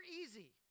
easy